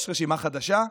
יש רשימה חדשה: